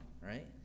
right